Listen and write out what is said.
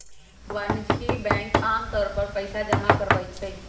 वाणिज्यिक बैंक आमतौर पर पइसा जमा करवई छई